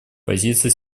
позиция